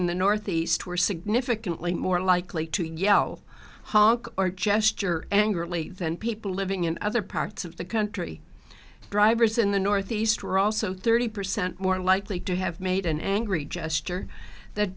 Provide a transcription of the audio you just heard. in the northeast were significantly more likely to yell honk or gesture angrily than people living in other parts of the country drivers in the northeast are also thirty percent more likely to have made an angry gesture that